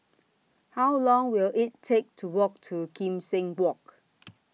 How Long Will IT Take to Walk to Kim Seng Walk